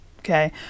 Okay